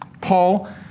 Paul